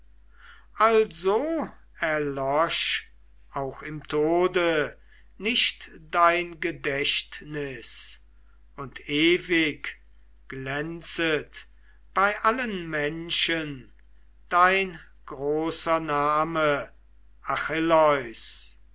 also erlosch auch im tode nicht dein gedächtnis und ewig glänzet bei allen menschen dein großer name